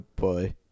boy